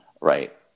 right